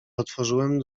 otworzyłem